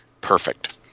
perfect